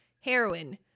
heroin